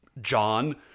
John